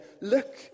look